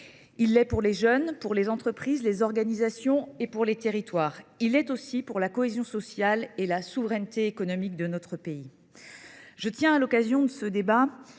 Il l’est pour les jeunes, pour les entreprises, pour les organisations et pour les territoires. Il l’est aussi pour la cohésion sociale et la souveraineté économique de notre pays. Je tiens à saluer la présence dans